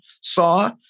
saw